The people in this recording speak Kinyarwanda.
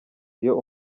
iyo